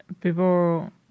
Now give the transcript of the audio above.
people